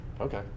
okay